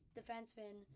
defenseman